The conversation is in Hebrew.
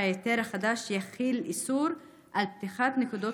שההיתר החדש יחיל איסור של פתיחת נקודות